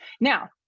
Now